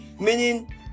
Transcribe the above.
meaning